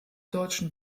deutschen